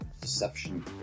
deception